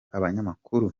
abanyamakuru